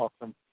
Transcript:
awesome